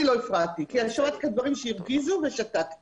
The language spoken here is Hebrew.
לא הפרעתי למרות שנאמרו כאן דברים שהרגיזו אבל שתקתי